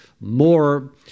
more